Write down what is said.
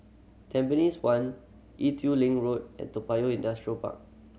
Tampines One Ee Teow Leng Road and Toa Payoh Industrial Park